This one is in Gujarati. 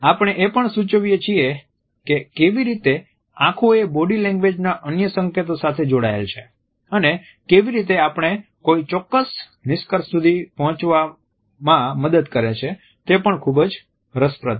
આપણે એ પણ સૂચવીએ છીએ કે કેવી રીતે આંખો એ બોડી લેંગ્વેજના અન્ય સંકેતો સાથે જોડાયેલ છે અને તે કેવી રીતે આપણે કોઈ ચોક્કસ નિષ્કર્ષ સુધી પહોંચવામાં મદદ કરે છે તે પણ ખૂબ જ રસપ્રદ છે